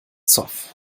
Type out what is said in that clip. zoff